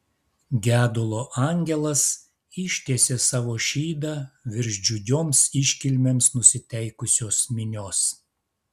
gedulo angelas ištiesė savo šydą virš džiugioms iškilmėms nusiteikusios minios